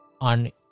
on